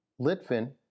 litvin